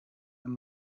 and